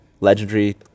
legendary